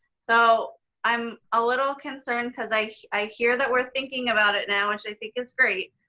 so i'm ah little concerned cause i i hear that we're thinking about it now, which i think is great.